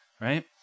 right